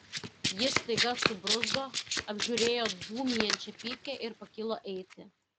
jis staiga subruzdo apžiūrėjo dūmijančią pypkę ir pakilo eiti